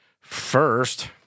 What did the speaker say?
first